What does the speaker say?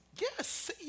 Yes